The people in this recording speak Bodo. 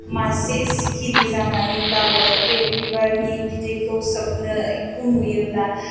मासे सिखिरि जानानैब्लाबो बे बिबारनि बिदैखौ सोबनायखौ नुयोब्ला